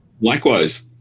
Likewise